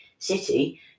city